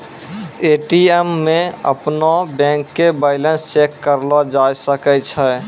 ATM मे अपनो bank के बैलेंस चेक करलो जाय सकै छै